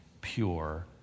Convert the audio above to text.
pure